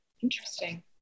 Interesting